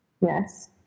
Yes